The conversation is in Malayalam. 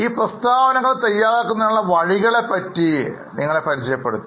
ഈ പ്രസ്താവനകൾ തയ്യാറാക്കുന്നതിനുള്ളവഴികളെക്കുറിച്ച്നിങ്ങളെ പരിചയപ്പെടുത്തി